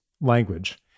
language